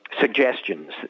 suggestions